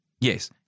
Yes